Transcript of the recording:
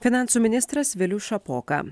finansų ministras vilius šapoka